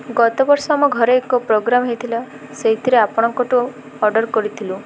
ଗତବର୍ଷ ଆମ ଘରେ ଏକ ପ୍ରୋଗ୍ରାମ୍ ହୋଇଥିଲା ସେଇଥିରେ ଆପଣଙ୍କଠୁ ଅର୍ଡ଼ର୍ କରିଥିଲୁ